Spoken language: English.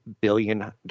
billion